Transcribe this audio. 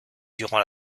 durant